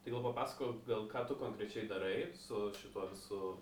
tai gal papasakok gal ką tu konkrečiai darai su šituo visu